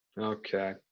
Okay